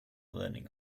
learning